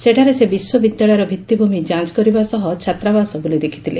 ସେଠାରେ ସେ ବିଶ୍ୱବିଦ୍ୟାଳୟର ଭିତ୍ତିଭ୍ରମି ଯାଞ କରିବା ସହ ଛାତ୍ରାବାସ ବୁଲିଦେଖ୍ଥିଲେ